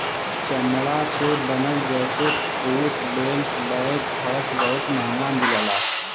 चमड़ा से बनल jacket, boot, belt, bag, purse बहुत महंग मिलला